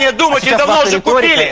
yeah the most important